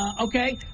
Okay